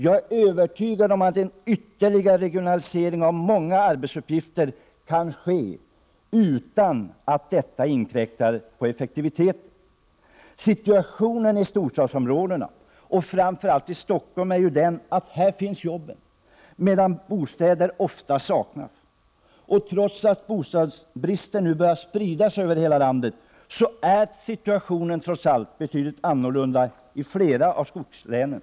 Jag är övertygad om att en ytterligare regionalisering av många arbetsuppgifter kan ske utan att detta inkräktar på Situationen i storstadsområdena och framför allt i Stockholm är ju den att det är här jobben finns, medan bostäder däremot oftast saknas. Trots att bostadsbristen nu börjar sprida sig över hela landet är situationen en helt annan i flera av skogslänen.